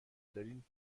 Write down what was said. دارین